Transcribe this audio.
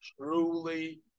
truly